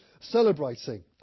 celebrating